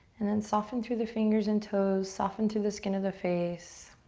and then soften through the fingers and toes, soften through the skin of the face,